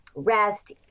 rest